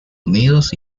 unidos